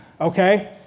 okay